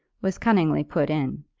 was cunningly put in,